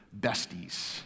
besties